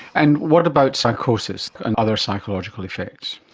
and what about psychosis and other psychological effects?